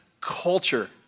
culture